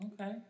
Okay